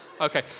Okay